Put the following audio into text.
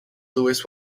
lewis